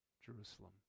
Jerusalem